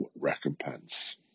recompense